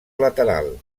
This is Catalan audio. lateral